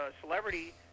celebrity